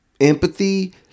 empathy